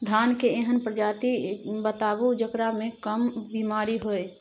धान के एहन प्रजाति बताबू जेकरा मे कम बीमारी हैय?